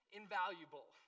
invaluable